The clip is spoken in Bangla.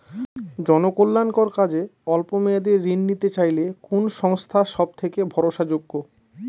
জনকল্যাণকর কাজে অল্প মেয়াদী ঋণ নিতে চাইলে কোন সংস্থা সবথেকে ভরসাযোগ্য?